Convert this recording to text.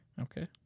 Okay